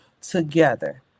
together